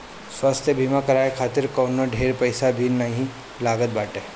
स्वास्थ्य बीमा करवाए खातिर कवनो ढेर पईसा भी नाइ लागत बाटे